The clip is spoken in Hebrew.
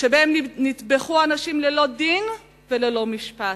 שבהן נטבחו אנשים ללא דין וללא משפט.